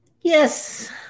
Yes